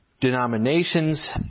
denominations